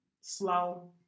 slow